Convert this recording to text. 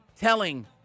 telling –